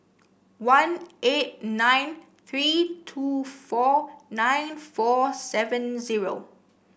one eight nine three two four nine four seven zero